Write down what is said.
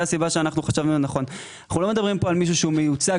אנחנו לא מדברים פה על מישהו שהוא מיוצג,